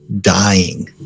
dying